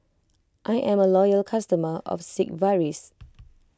I am a loyal customer of Sigvaris